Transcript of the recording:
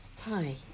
Hi